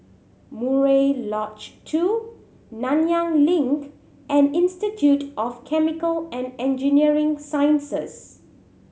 Murai Lodge Two Nanyang Link and Institute of Chemical and Engineering Sciences